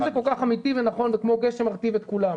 אם זה כל כך אמיתי ונכון וכמו גשם מרטיב את כולם,